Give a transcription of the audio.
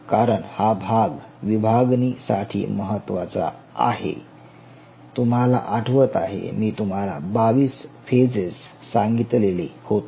कारण हा भाग विभागणी साठी महत्त्वाचा आहे तुम्हाला आठवत आहे मी तुम्हाला 22 फेजेस सांगितलेले होते